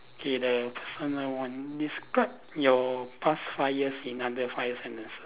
okay the personal one describe your past five years in under five sentences